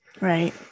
Right